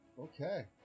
Okay